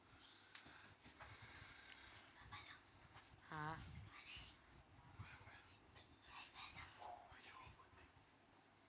ah